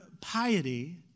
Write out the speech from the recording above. piety